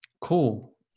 cool